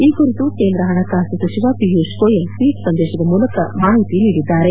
ಈ ಕುರಿತು ಕೇಂದ್ರ ಹಣಕಾಸು ಸಚಿವ ಪಿಯೂಷ್ ಗೋಯಲ್ ಟ್ವೀಟ್ ಸಂದೇಶದ ಮೂಲಕ ಮಾಹಿತಿ ನೀಡಿದ್ದಾರೆ